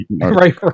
Right